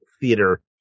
theater